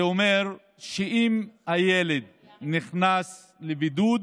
זה אומר שאם הילד נכנס לבידוד,